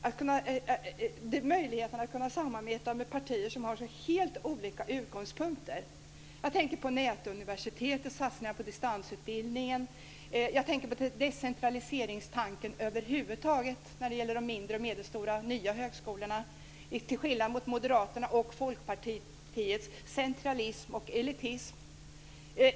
Det gäller möjligheterna att samarbeta med partier som har helt olika utgångspunkter. Jag tänker på nätuniversitetet och på satsningar på distansutbildningen. Jag tänker över huvud taget på decentraliseringstanken när det gäller de mindre och medelstora nya högskolorna, till skillnad från Moderaternas och Folkpartiets centralism och elitism.